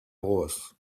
was